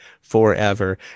forever